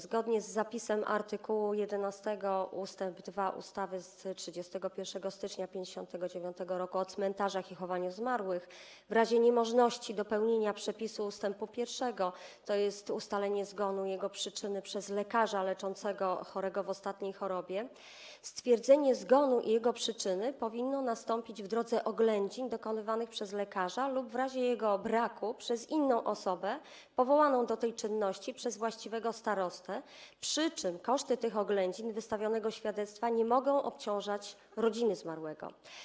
Zgodnie z zapisem art. 11 ust. 2 ustawy z 31 stycznia 1959 r. o cmentarzach i chowaniu zmarłych w razie niemożności dopełnienia przepisu ust. 1, tj. ustalenia zgonu i jego przyczyny przez lekarza leczącego chorego w ostatniej chorobie, stwierdzenie zgonu i jego przyczyny powinno nastąpić w drodze oględzin, dokonywanych przez lekarza lub w razie jego braku przez inną osobę, powołaną do tej czynności przez właściwego starostę, przy czym koszty tych oględzin i wystawionego świadectwa nie mogą obciążać rodziny zmarłego.